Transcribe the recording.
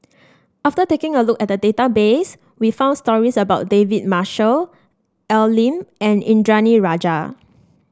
after taking a look at the database we found stories about David Marshall Al Lim and Indranee Rajah